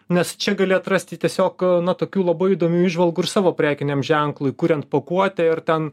nes čia gali atrasti tiesiog na tokių labai įdomių įžvalgų ir savo prekiniam ženklui kuriant pakuotę ir ten